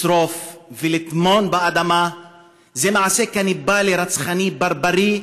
לשרוף ולטמון באדמה זה מעשה קניבלי רצחני ברברי,